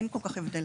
אין כל כך הבדל.